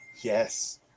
Yes